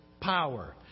power